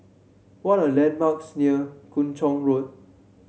what are the landmarks near Kung Chong Road